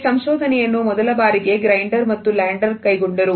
ಈ ಸಂಶೋಧನೆಯನ್ನು ಮೊದಲ ಬಾರಿಗೆ ಗ್ರೈಂಡರ್ ಮತ್ತು ಲ್ಯಾಂಡರ್ ಕೈಗೊಂಡರು